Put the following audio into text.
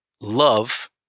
love